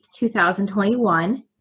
2021